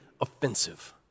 offensive